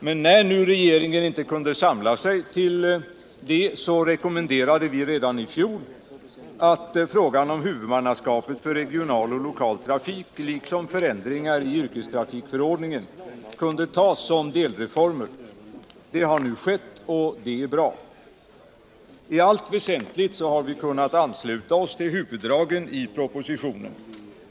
Men när regeringen nu inte kunde samla sig till det, rekommenderade vi redan i fjol att frågan om huvudmannaskapet för regional och lokal trafik liksom förändringar i yrkestrafikförordningen kunde tas som delreformer. Det har nu skett och det är bra. T allt väsentligt har vi kunnat ansluta oss till huvuddragen i propositionen.